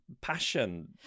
passion